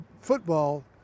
football